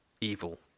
evil